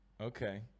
Okay